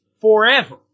forever